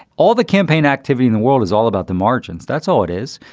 all the campaign activity in the world is all about the margins. that's all it is.